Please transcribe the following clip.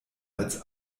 als